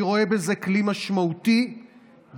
אני רואה בזה כלי משמעותי במאבק